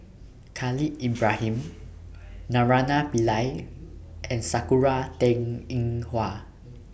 Khalil Ibrahim Naraina Pillai and Sakura Teng Ying Hua